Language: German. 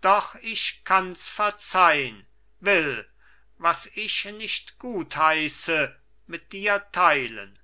doch ich kanns verzeihn will was ich nicht gutheiße mit dir teilen